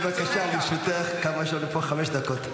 בבקשה, לרשותך חמש דקות.